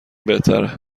بهتره